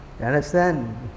understand